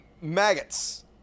maggots